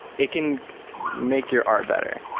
it can make your art better.